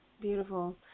Beautiful